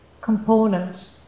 component